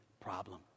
problem